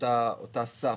אותה סף,